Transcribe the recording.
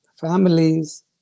families